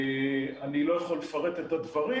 אני לא יכול לפרט יותר דברים,